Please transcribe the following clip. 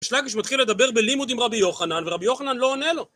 ריש לקיש מתחיל לדבר בלימוד עם רבי יוחנן, ורבי יוחנן לא עונה לו.